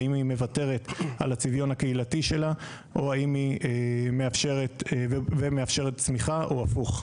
האם היא מוותרת על הצביון הקהילתי שלה ומאפשרת צמיחה או הפוך.